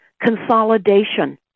consolidation